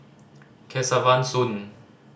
Kesavan Soon